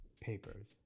papers